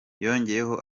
yongeyeho